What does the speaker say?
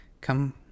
come